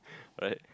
right